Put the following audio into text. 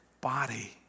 body